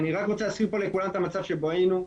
אני רק רוצה להזכיר את נקודת המצב שבה היינו,